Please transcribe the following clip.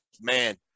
man